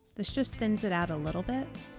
this just thins it out a little bit.